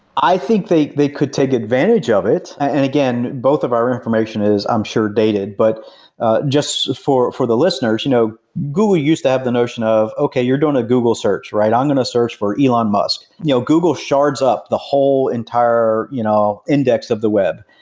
i think they they could take advantage of it. and again, both of our information is i'm sure dated, but just for for the listeners you know google used to have the notion of okay, you're doing a google search. i'm going to search for elon musk. you know google shards up the whole entire you know index of the web.